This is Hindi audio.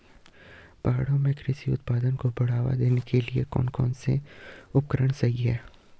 पहाड़ों में कृषि उत्पादन को बढ़ावा देने के लिए कौन कौन से उपकरण सही हैं?